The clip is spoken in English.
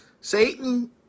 Satan